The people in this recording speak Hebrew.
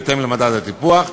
בהתאם למדד הטיפוח.